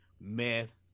meth